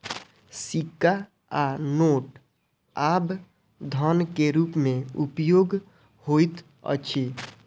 सिक्का आ नोट आब धन के रूप में उपयोग होइत अछि